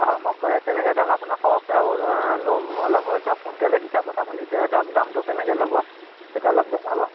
হয় মোক তেনেকৈ ধৰক আপোনাৰ সৰহকৈও ল'ম অলপ ধৰক কুইন্টেলেই হিচাপত আপুনি তেতিয়া ধৰক দামটো কেনেকৈ ল'ব সেইটো অলপ জনাব